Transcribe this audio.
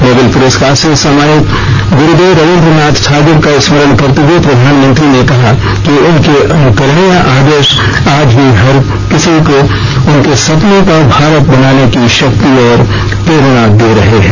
Nobel पुस्कार से सम्मानित गुरूदेव रबिन्द्रनाथ ठाकुर का स्मरण करते हुए प्रधानमंत्री ने कहा कि उनके अनुकरणीय आदर्श आज भी हर किसी को उनके सपनों का भारत बनाने की शक्ति और प्रेरणा दे रहे हैं